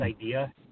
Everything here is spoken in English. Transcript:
idea